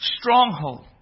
stronghold